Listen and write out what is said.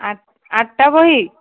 ଆଠ୍ ଆଠଟା ବହି